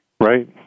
Right